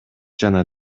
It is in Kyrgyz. жана